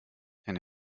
eine